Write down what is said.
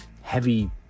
heavy